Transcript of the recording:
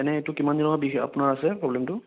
এনেই এইটো কিমান দিনৰ বিষ আপোনাৰ আছে প্ৰব্লেমটো